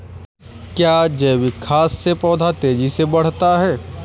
क्या जैविक खाद से पौधा तेजी से बढ़ता है?